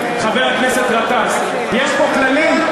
חברים, חבר הכנסת גטאס, יש פה כללים,